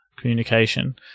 communication